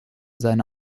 seine